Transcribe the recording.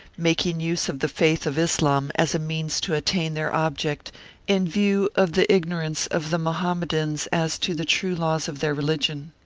making use of the faith of islam as a means to attain their object in view of the ignorance of the mohamme dans as to the true, laws of their religion.